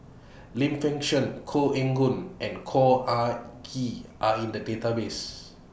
Lim Fei Shen Koh Eng Hoon and Khor Ean Ghee Are in The Database